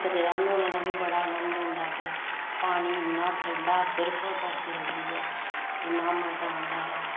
दरेआ न्हौने दा बी बड़ा नंद औंदा गै पानी इन्ना ठंडा बर्फ बर्फ लगदी ऐ इन्ना मज़ा औंदा ऐ